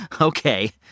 Okay